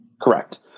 Correct